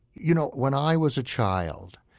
you know, when i was a child,